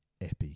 epic